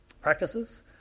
practices